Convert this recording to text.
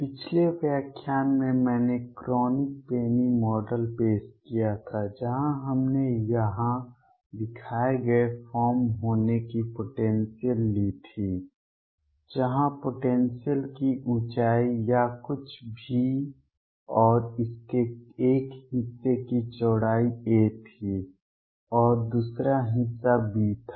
पिछले व्याख्यान में मैंने क्रोनिग पेनी मॉडल पेश किया था जहां हमने यहां दिखाए गए फॉर्म होने की पोटेंसियल ली थी जहां पोटेंसियल की ऊंचाई या कुछ V और इसके एक हिस्से की चौड़ाई a थी और दूसरा हिस्सा b था